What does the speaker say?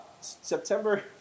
September